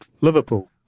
Liverpool